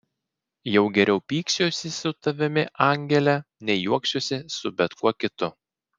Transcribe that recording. jau geriau pyksiuosi su tavimi angele nei juoksiuosi su bet kuo kitu